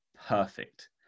perfect